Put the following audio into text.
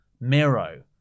Miro